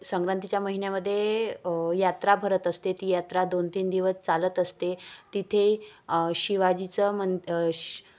संक्रांतीच्या महिन्यामध्ये यात्रा भरत असते ती यात्रा दोन तीन दिवस चालत असते तिथे शिवाजीचं मं श